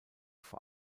vor